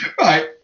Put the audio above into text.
right